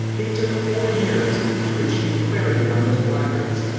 it took four years to achieve clarity on those blackouts.